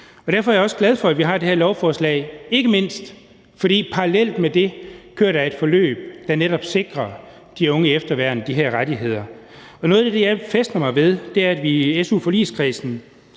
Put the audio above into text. Derfor er jeg også glad for, at vi har det her lovforslag, ikke mindst fordi der parallelt med det kører et forløb, der netop sikrer de unge i efterværn de her rettigheder. Noget af det, jeg fæstner mig ved, er, at vi i su-forligskredsen